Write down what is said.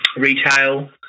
retail